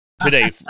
today